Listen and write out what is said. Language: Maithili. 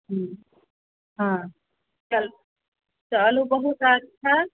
हुँ हँ चलु चलु बहुत अच्छा